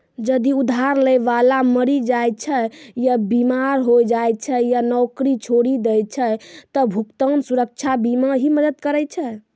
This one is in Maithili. जदि उधार लै बाला मरि जाय छै या बीमार होय जाय छै या नौकरी छोड़ि दै छै त भुगतान सुरक्षा बीमा ही मदद करै छै